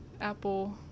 Apple